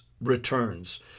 returns